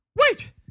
Wait